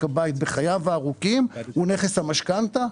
הבית בחייו הארוכים הוא נכס המשכנתא.